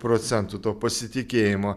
procentų to pasitikėjimo